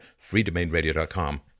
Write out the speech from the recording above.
freedomainradio.com